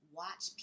watch